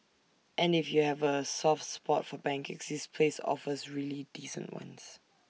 and if you have A soft spot for pancakes this place offers really decent ones